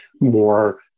more